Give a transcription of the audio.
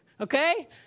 Okay